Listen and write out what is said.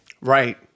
Right